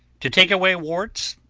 to take away warts,